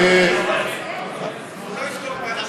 הוא לא יזכור, יש לי עשר דקות, לא?